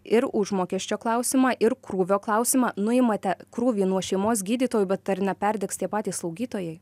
ir užmokesčio klausimą ir krūvio klausimą nuimate krūvį nuo šeimos gydytojų bet ar neperdegs tie patys slaugytojai